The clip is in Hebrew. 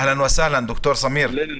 אהלן וסהלן ד"ר סמיר.